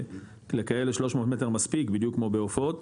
שלכאלה 300 מטר מספיק בדיוק כמו בעופות,